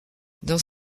dans